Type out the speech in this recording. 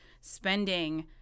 spending